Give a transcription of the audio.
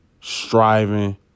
striving